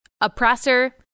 oppressor